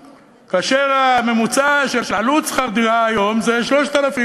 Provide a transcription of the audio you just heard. כאשר הממוצע של עלות שכר דירה היום זה 3,000,